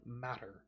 matter